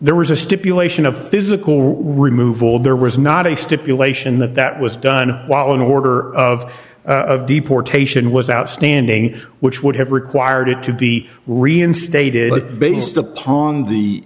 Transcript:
there was a stipulation of physical removal there was not a stipulation that that was done while an order of deportation was outstanding which would have required it to be reinstated based upon the